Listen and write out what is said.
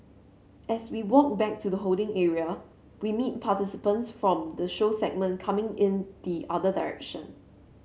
as we walk back to the holding area we meet participants from the show segment coming in the other direction